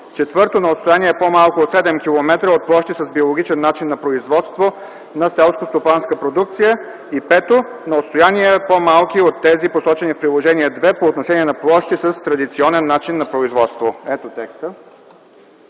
4. на отстояние по-малко от 7 км от площи с биологичен начин на производство на селскостопанска продукция; 5. на отстояния по-малки от тези, посочени в Приложение № 2, по отношение на площи с традиционен начин на производство.”